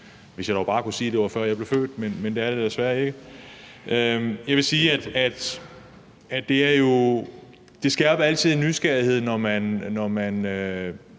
hvis jeg dog bare kunne sige, at det var, før jeg blev født, men det er det jo desværre ikke. Jeg vil jo sige, at det altid skærper en nysgerrighed, når man